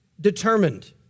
determined